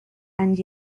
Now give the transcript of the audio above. and